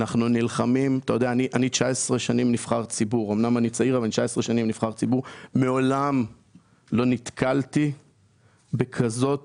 אני 19 שנים נבחר ציבור ומעולם לא נתקלתי בכזאת